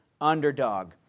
underdog